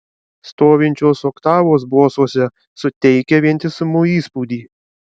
stovinčios oktavos bosuose suteikia vientisumo įspūdį